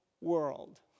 world